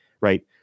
right